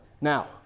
Now